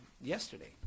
yesterday